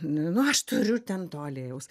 nu aš turiu ten to aliejaus